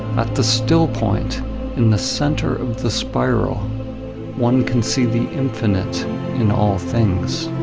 at the still point in the center of the spiral one can see the infinite in all things.